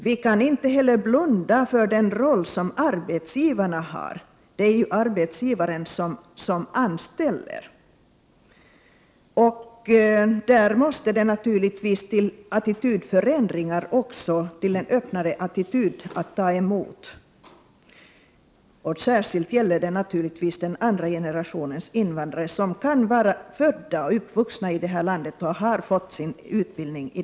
Vi kan inte heller blunda för den roll som arbetsgivarna har — det är ju arbetsgivaren som anställer. Där måste det också till attitydförändringar och en öppnare attityd till att ta emot invandrare. Särskilt gäller detta naturligtvis den andra generationens invandrare, som kan vara födda och uppvuxna här i landet och ha fått sin utbildning här.